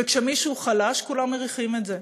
וכשמישהו חלש, כולם מריחים את זה,